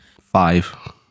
Five